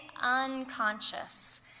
unconscious